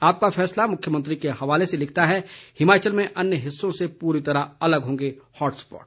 आपका फैसला मुख्यमंत्री के हवाले से लिखता है हिमाचल में अन्य हिस्सों से पूरी तरह अलग होंगे हॉट स्पॉट